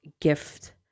gift